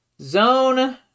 zone